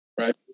right